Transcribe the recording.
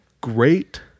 great